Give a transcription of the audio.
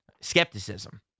skepticism